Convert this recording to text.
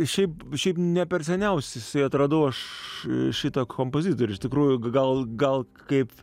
šiaip šiaip ne per seniausiai atradau aš šitą kompozitorių iš tikrųjų gal gal kaip